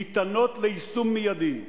הניתנות ליישום מיידי: